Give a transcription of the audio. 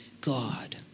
God